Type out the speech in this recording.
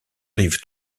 rive